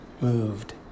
moved